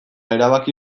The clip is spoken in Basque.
erabaki